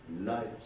light